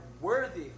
worthy